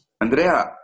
Andrea